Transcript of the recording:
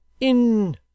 in